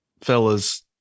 fella's